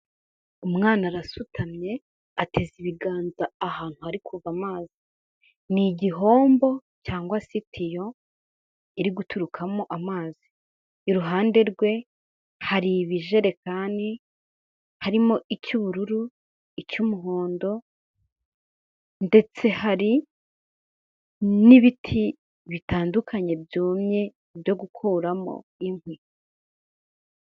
Umwana arasutamye, ateze ibiganza ahantu hari kuva amazi, ni igihombo cyangwa se itiyo iri guturukamo amazi, iruhande rwe hari ibijerekani harimo icy'ubururu, icy'umuhondo ndetse hari n'ibiti bitandukanye byumye byo gukuramo inkwi.